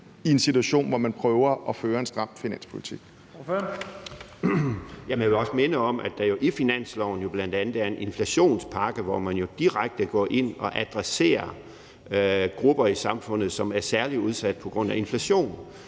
Henrik Frandsen (M): Jamen jeg vil også minde om, at der jo i finansloven bl.a. er en inflationspakke, hvor man direkte går ind og adresserer grupper i samfundet, som er særligt udsatte på grund af inflation.